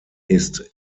ist